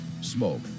smoke